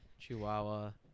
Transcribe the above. Chihuahua